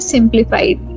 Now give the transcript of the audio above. Simplified